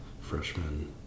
freshman